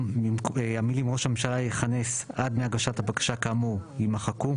המילים 'ראש הממשלה יכנס' עד 'מהגשת הבקשה כאמור' יימחקו.